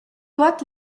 tuot